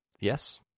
Yes